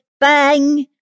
bang